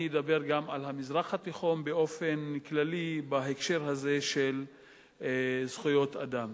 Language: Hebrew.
ואני אדבר גם על המזרח התיכון באופן כללי בהקשר הזה של זכויות אדם.